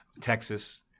Texas